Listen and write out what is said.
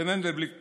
למנדלבליט פתרונים.